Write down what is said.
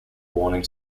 warning